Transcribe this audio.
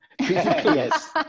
Yes